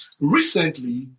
recently